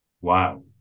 Wow